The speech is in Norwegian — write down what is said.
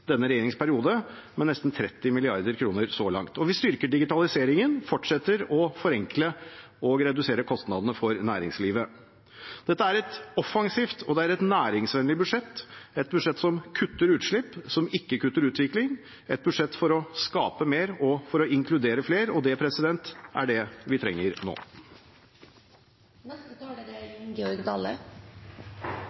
denne regjeringsperioden så langt. Vi styrker digitaliseringen. Det vil fortsette å forenkle og redusere kostnadene for næringslivet. Dette er et offensivt og et næringsvennlig budsjett, et budsjett som kutter utslippene, og som ikke kutter utviklingen, og et budsjett for å skape mer og inkludere flere. Det er det vi trenger nå. Noreg har vore gjennom krevjande tider, men for store delar av industrien vår er